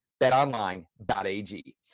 betonline.ag